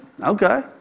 Okay